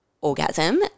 orgasm